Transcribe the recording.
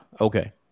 okay